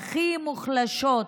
דהיינו,